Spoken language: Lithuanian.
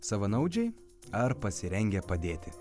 savanaudžiai ar pasirengę padėti